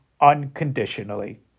unconditionally